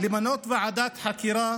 למנות ועדת חקירה